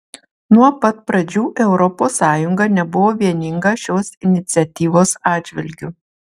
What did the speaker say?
nuo pat pradžių europos sąjunga nebuvo vieninga šios iniciatyvos atžvilgiu